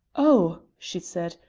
oh! she said,